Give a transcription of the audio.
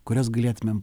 kurias galėtumėm